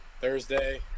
Thursday